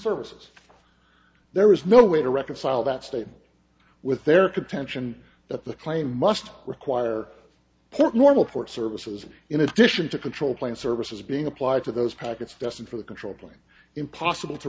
services there is no way to reconcile that statement with their contention that the claim must require port normal port services in addition to control plane services being applied to those packets destined for the control plane impossible to